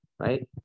right